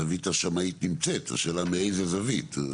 הזווית השמאית נמצאת, השאלה מאיזה זווית.